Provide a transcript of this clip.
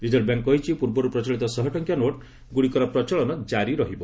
reserve bank କହିଛି ପୂର୍ବରୁ ପ୍ରଚଳିତ ଶହେ ଟଙ୍କିଆ ନୋଟି ଗ୍ରଡିକ ପ୍ରଚଳନ ଜାରି ରହିବ